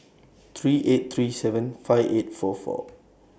three eight three seven five eight four four